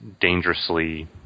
dangerously